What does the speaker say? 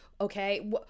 Okay